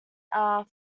are